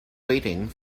waiting